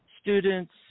students